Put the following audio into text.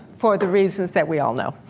for the reasons that we all know.